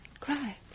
Cry